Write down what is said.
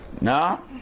No